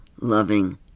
loving